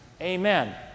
Amen